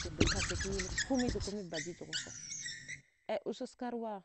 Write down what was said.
Sire di kaskaya will kome kome a bajiji ghwa kha a ussa sakarwa